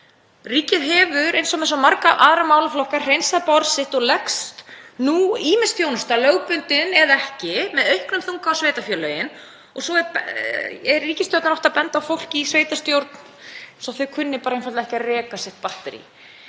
Ríkið hefur, eins og með svo marga aðra málaflokka, hreinsað borð sitt og leggst nú ýmis þjónusta, lögbundin eða ekki, með auknum þunga á sveitarfélögin. Svo er ríkisstjórnin oft að benda á fólk í sveitarstjórn eins og það kunni einfaldlega ekki að reka sitt batterí.